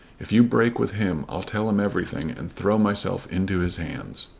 if you break with him i'll tell him everything and throw myself into his hands.